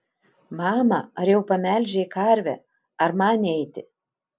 mama ar jau pamelžei karvę ar man eiti